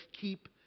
keep